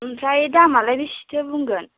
ओमफ्राय दामालाय बेसेथो बुंगोन